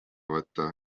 võtta